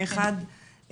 אחת,